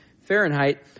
Fahrenheit